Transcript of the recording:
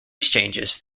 exchanges